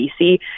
bc